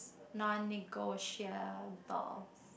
non negotiables